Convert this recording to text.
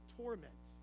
torment